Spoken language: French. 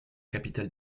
capitale